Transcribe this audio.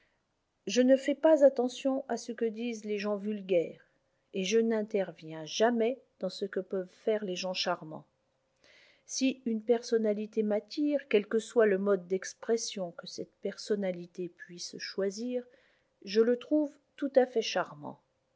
je ne fais pas attention à ce que disent les gens vulgaires et je n'interviens jamais dans ce que peuvent faire les gens charmants si une personnalité m'attire quel que soit le mode d'expression que cette personnalité puisse choisir je le trouve tout à fait charmant